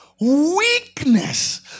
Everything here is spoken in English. weakness